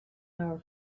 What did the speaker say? our